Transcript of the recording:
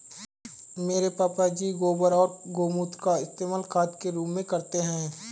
मेरे पापा जी गोबर और गोमूत्र का इस्तेमाल खाद के रूप में करते हैं